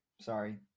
Sorry